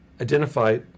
identify